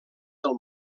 del